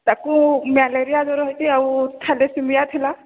ତାକୁ ମ୍ୟାଲେରିଆ ଜର ହେଇଛି ଆଉ ଥାଲାସେମିଆ ଥିଲା